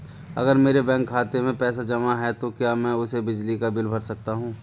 अगर मेरे बैंक खाते में पैसे जमा है तो क्या मैं उसे बिजली का बिल भर सकता हूं?